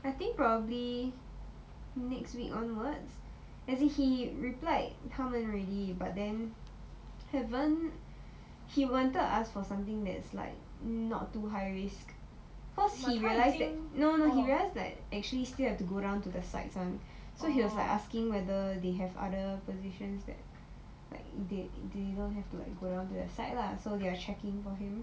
I think probably next week onward as in he replied 他们 already but then haven he wanted to ask for something that is like not too high risk cause he realised that no no he realized like actually still have to go down to the sites [one] so he was like asking whether they have other positions that like they they don't have to like go down to the site lah so they were checking for him